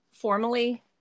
formally